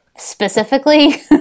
Specifically